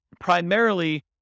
primarily